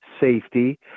safety